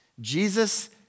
Jesus